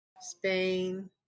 Spain